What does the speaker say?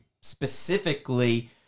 specifically